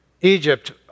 Egypt